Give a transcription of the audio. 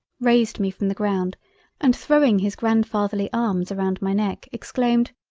raised me from the ground and throwing his grand-fatherly arms around my neck, exclaimed,